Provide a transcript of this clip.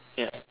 yeah